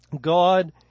God